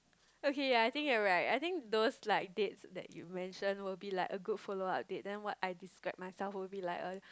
okay ya I think you're right I think those like dates that you mentioned will be a good follow up date than what I described myself would be like a